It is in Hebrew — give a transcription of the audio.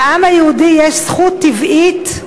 לעם היהודי יש זכות טבעית,